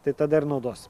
tai tada ir naudos